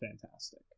fantastic